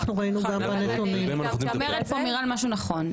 אבל אומרת פה מיראל משהו נכון.